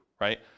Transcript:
right